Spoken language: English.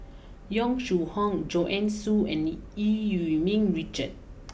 Yong Shu Hoong Joanne Soo and Eu Yee Ming Richard